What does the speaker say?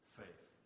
faith